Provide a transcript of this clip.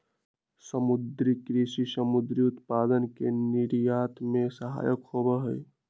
समुद्री कृषि समुद्री उत्पादन के निर्यात में सहायक होबा हई